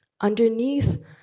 Underneath